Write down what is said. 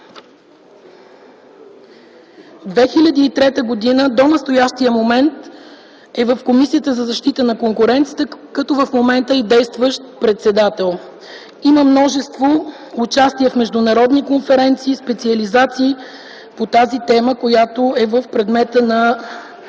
2003 г. до настоящия момент е в Комисията за защита на конкуренцията, като в момента е и действащ председател. Има множество участия в международни конференции, специализации по тази тема, която е в предмета на